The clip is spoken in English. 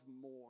more